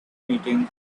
meeting